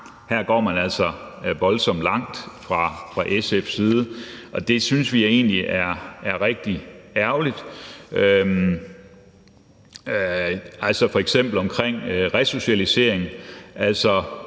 her går man altså voldsomt langt fra SF's side. Det synes vi egentlig er rigtig ærgerligt. Altså, der er f.eks. det omkring resocialisering.